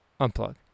Unplug